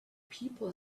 people